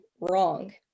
wrong